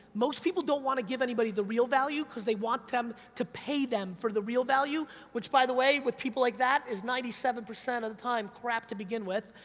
most people don't wanna give anybody the real value, cause they want them to pay them for the real value, which by the way, with people like that, is ninety seven percent of the time crap to begin with.